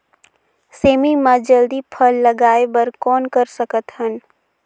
सेमी म जल्दी फल लगाय बर कौन कर सकत हन?